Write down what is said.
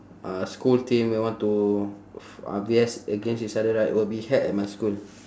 uh school team they want to f~ uh V S against each other right will be held at my school